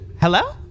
Hello